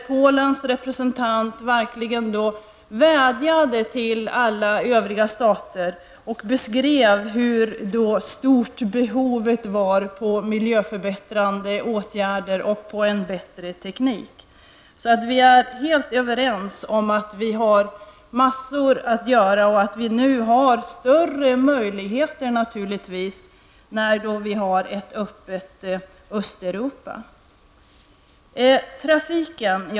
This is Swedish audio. Polens representanter vädjade verkligen till alla övriga stater och beskrev hur stort behovet var i fråga om miljöförbättrande åtgärder och teknik. Vi är helt överens om att vi har massor att göra, och nu har vi naturligtvis större möjligheter när vi har ett öppet Östeuropa.